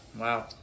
Wow